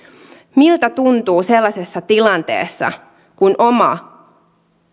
miltä tuntuu sellaisessa tilanteessa kun oma